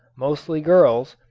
mostly girls,